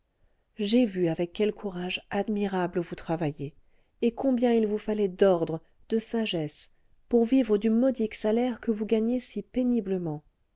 j'ai vu avec quel courage admirable vous travaillez et combien il vous fallait d'ordre de sagesse pour vivre du modique salaire que vous gagnez si péniblement